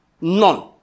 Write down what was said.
None